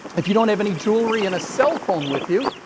if you don't have any jewelry and a cell phone with you,